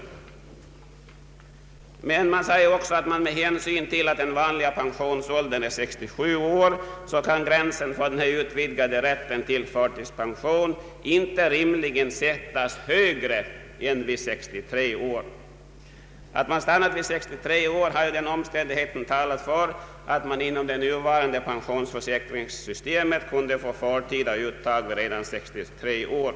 Riksförsäkringsverket anför också att gränsen för den utvidgade rätten till förtidspension — med hänsyn till att den vanliga pensionsåldern är 67 år — inte rimligen kan sättas högre än vid 63 år. Att man stannat vid 63 år har den omständigheten att det inom det nuvarande pensionsförsäkringsystemet går att få förtida uttag redan vid denna ålder talat för.